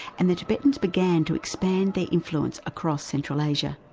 and the tibetans began to expand their influence across central asia.